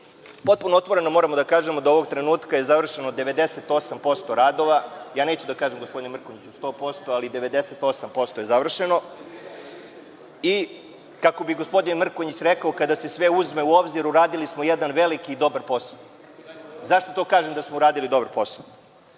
Srbija. Potpuno otvoreno moramo da kažemo da ovog trenutka je završeno 98% radova. Neću da kažem gospodine Mrkonjiću 100%, ali 98% je završeno i kako bi gospodin Mrkonjić rekao – kada se sve uzme u obzir uradili smo jedan veliki i dobar posao.Zašto to kažem da smo uradili dobro posao,